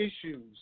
issues